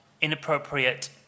inappropriate